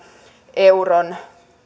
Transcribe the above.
euron